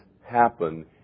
happen